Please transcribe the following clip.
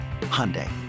Hyundai